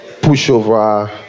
pushover